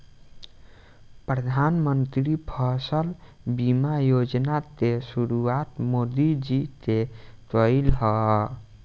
प्रधानमंत्री फसल बीमा योजना के शुरुआत मोदी जी के कईल ह